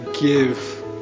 give